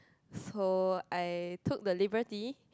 so I took the liberty